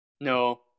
No